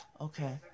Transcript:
okay